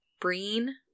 Breen